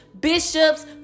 bishops